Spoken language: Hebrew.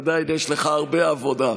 עדיין יש לך הרבה עבודה.